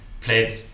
played